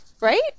right